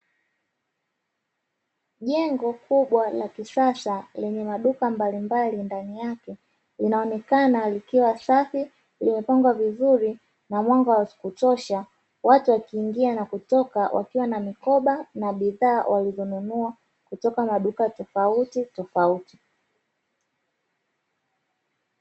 Jengo kubwa la kisasa lenye maduka mbalimbali ndani yake, linaonekana likiwa safi limepangwa vizuri na mwanga wa kutosha. Watu wakiingia na kutoka wakiwa na mikoba na budhaa walizonunua kutoka maduka tofautitofauti.